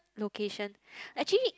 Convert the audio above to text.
location actually